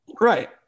right